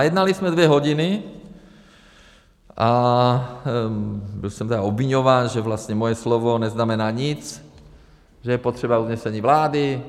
Jednali jsme dvě hodiny a byl jsem obviňován, že moje slovo neznamená nic, že je potřeba usnesení vlády.